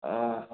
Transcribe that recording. ꯑ